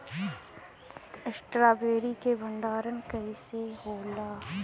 Strawberry के भंडारन कइसे होला?